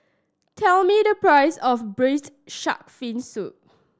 tell me the price of Braised Shark Fin Soup